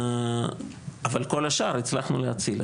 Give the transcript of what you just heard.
אבל כל השאר הצלחנו להציל.